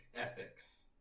ethics